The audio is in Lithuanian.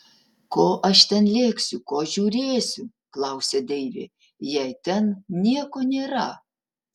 ko aš ten lėksiu ko žiūrėsiu klausia deivė jei ten nieko nėra